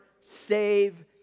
save